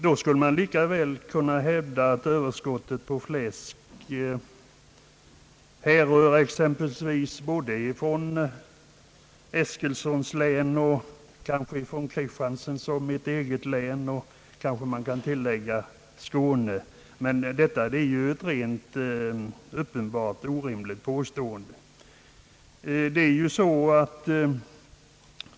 Då skulle man lika väl kunna hävda, att överskottet på fläsk härrör exempelvis från herr Eskilssons län, kanske också från herr Kristianssons och mitt eget län — man kan måhända tillägga också ifrån Skåne. Men detta är ett uppenbart orimligt påstående.